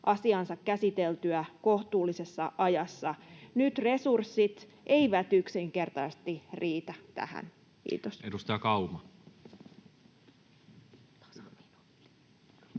asiansa käsiteltyä kohtuullisessa ajassa. Nyt resurssit eivät yksinkertaisesti riitä tähän. — Kiitos.